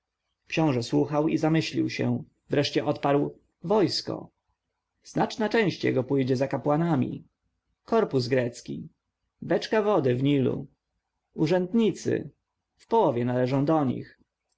książę słuchał i zamyślił się wreszcie odparł wojsko znaczna część jego pójdzie za kapłanami korpus grecki beczka wody w nilu urzędnicy w połowie należą do nich